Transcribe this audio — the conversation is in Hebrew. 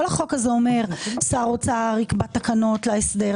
כל החוק הזה אומר: שר האוצר יקבע תקנות להסדר.